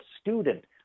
student